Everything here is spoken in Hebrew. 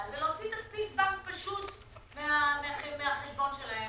ורוצים תדפיס בנק פשוט מהחשבון שלהם.